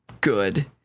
good